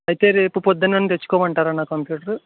అయితే రేపు పొద్దున నన్ను తెచ్చుకోమంటారా నా కంప్యూటరు